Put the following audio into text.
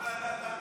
לא, לא,